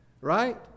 right